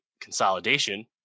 consolidation